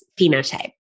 phenotype